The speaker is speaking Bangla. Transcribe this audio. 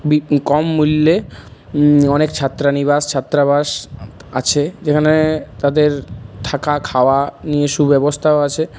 কম মূল্যে অনেক ছাত্রনিবাস ছাত্রাবাস আছে যেখানে তাদের থাকা খাওয়া নিয়ে সুব্যবস্থাও আছে